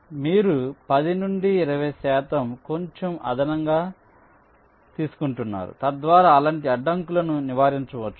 కాబట్టి మీరు 10 నుండి 20 శాతం కొంచెం అదనంగా తీసుకుంటున్నారు తద్వారా అలాంటి అడ్డంకులను నివారించవచ్చు